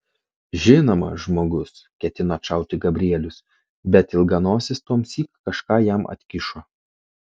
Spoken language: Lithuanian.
žinoma žmogus ketino atšauti gabrielius bet ilganosis tuomsyk kažką jam atkišo